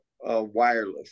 wireless